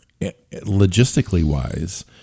Logistically-wise